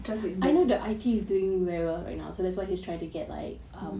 try to invest